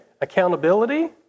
accountability